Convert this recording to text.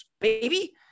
baby